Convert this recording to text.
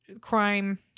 crime